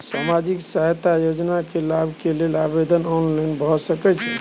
सामाजिक सहायता योजना के लाभ के लेल आवेदन ऑनलाइन भ सकै छै?